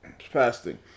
fasting